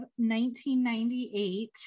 1998